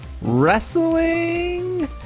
wrestling